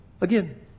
again